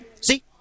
See